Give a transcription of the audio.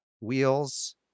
wheels